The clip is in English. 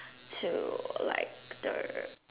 to like the